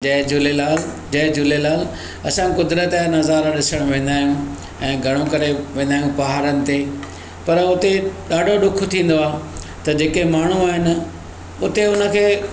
जय झूलेलाल जय झूलेलाल असां क़ुदरत जा नज़ारा ॾिसणु वेंदा आहियूं ऐं घणोकरे वेंदा आहियूं पहाड़नि ते पर हुते ॾाढो ॾुखु थींदो आहे त जेके माण्हू आहिनि उते उनखे